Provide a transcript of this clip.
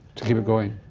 to keep it going?